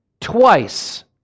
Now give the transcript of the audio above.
twice